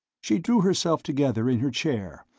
she drew herself together in her chair,